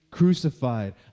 Crucified